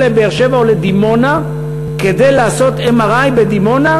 לבאר-שבע או לדימונה כדי לעשות MRI בדימונה,